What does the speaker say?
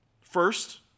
First